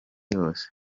yose